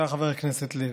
תודה, חבר הכנסת לוי.